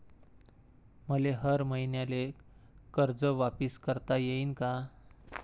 मले हर मईन्याले कर्ज वापिस करता येईन का?